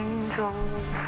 Angels